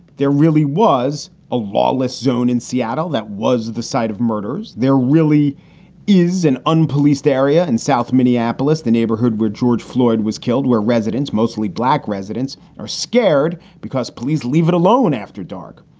there really was a lawless zone in seattle that was the site of murders. there really is an unpoliced area in south minneapolis, the neighborhood where george floyd was killed, where residents, mostly black residents, are scared because police leave it alone after dark.